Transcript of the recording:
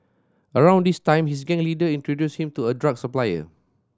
around this time his gang leader introduced him to a drug supplier